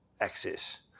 access